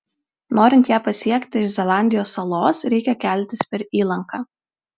norint ją pasiekti iš zelandijos salos reikia keltis per įlanką